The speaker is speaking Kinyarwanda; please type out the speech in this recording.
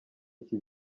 iki